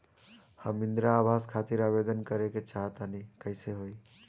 हम इंद्रा आवास खातिर आवेदन करे क चाहऽ तनि कइसे होई?